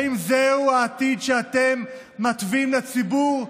האם זהו העתיד שאתם מתווים לציבור?